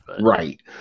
Right